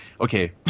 okay